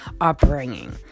upbringing